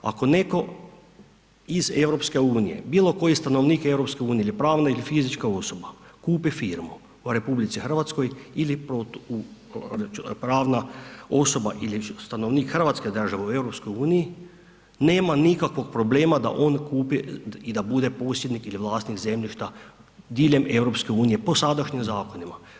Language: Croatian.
Ako netko iz EU-e, bilo koji stanovnik EU-e ili pravna ili fizička osoba, kupi firmu u RH ili pravna osoba ili stanovnik hrvatske države u EU-i, nema nikakvog problema da on kupi i da bude posjednik ili vlasnik zemljišta diljem EU-e po sadašnjim zakonima.